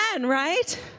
right